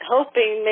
hoping